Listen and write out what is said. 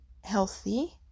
healthy